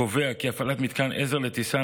קובע כי הפעלת מתקן עזר לטיסה,